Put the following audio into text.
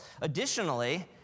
Additionally